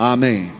Amen